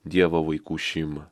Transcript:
dievo vaikų šeima